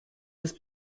his